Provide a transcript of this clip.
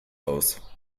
aus